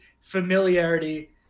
familiarity